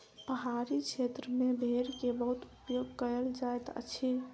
पहाड़ी क्षेत्र में भेड़ के बहुत उपयोग कयल जाइत अछि